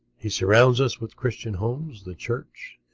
he surrounds us with christian homes, the church,